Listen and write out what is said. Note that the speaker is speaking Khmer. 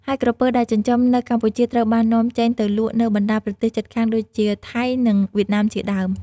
ហើយក្រពើដែលចិញ្ចឹមនៅកម្ពុជាត្រូវបាននាំចេញទៅលក់នៅបណ្តាប្រទេសជិតខាងដូចជា ថៃ និង វៀតណាមជាដើម។